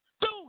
Dude